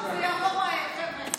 זה יעבור מהר, חבר'ה.